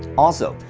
also,